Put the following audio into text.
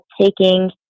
taking